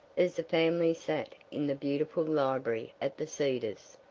as the family sat in the beautiful library at the cedars,